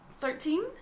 Thirteen